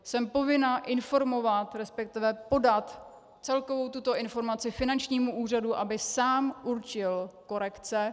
Jsem povinna informovat, resp. podat celkovou informaci finančnímu úřadu, aby sám určil korekce.